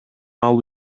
алуу